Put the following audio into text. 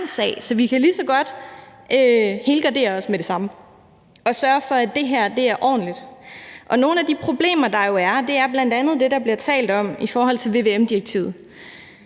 Så vi kan lige så godt helgardere os med det samme og sørge for, at det her er ordentligt. Nogle af de problemer, der jo er, er bl.a. det, der bliver talt om i forhold til vvm-direktivet.